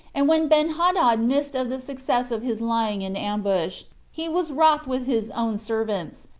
and when benhadad missed of the success of his lying in ambush, he was wroth with his own servants,